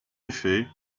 effet